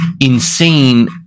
insane